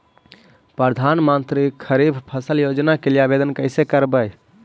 प्रधानमंत्री खारिफ फ़सल योजना के लिए आवेदन कैसे करबइ?